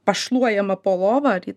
pašluojama po lova ar į